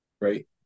right